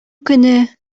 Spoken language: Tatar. көне